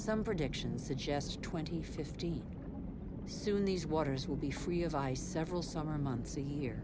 some predictions suggest twenty fifteen soon these waters will be free of ice several summer months a year